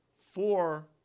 four